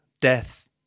death